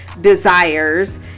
desires